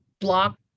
block